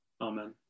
Amen